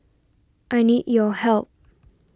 I need your help